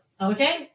Okay